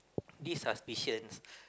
this suspicions